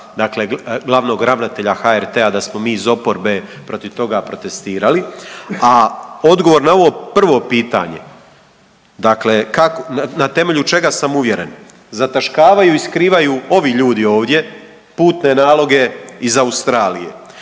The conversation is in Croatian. dakle glavnog ravnatelja HRT-a da smo mi iz oporbe protiv toga protestirali. A odgovor na ovo prvo pitanje dakle kako, na temelju čega sam uvjeren. Zataškavaju i skrivaju ovi ljudi ovdje putne naloge iz Australije.